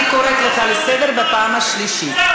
אני קוראת אותך לסדר פעם שלישית.